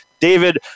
David